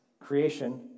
Creation